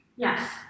Yes